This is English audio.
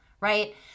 right